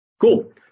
Cool